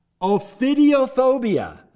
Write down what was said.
Ophidiophobia